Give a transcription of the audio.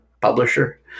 publisher